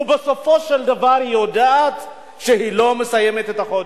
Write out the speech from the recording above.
ובסופו של דבר היא יודעת שהיא לא מסיימת את החודש,